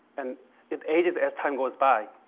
and it ages as time goes by.